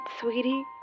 sweetie